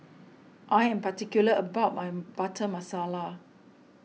I am particular about my Butter Masala